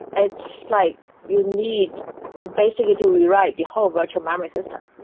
it's like you need basically to rewrite the whole virtual memory system.